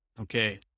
Okay